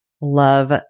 Love